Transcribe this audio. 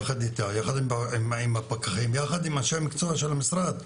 יחד עם פקחים ואנשי המקצוע של המשרד.